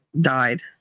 died